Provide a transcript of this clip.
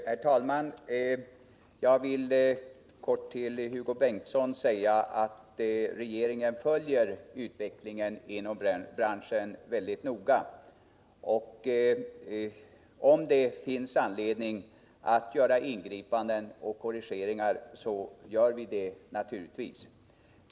Herr talman! Jag vill helt kort säga till Hugo Bengtsson att regeringen följer utvecklingen inom branschen mycket noga och att vi, om det finns anledning att göra ingripanden och korrigeringar, naturligtvis kommer att göra sådana.